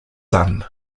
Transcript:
son